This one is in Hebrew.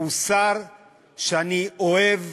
הוא שר שאני אוהב.